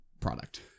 product